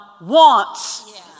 wants